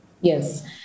Yes